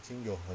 已经有很